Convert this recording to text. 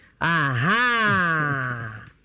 Aha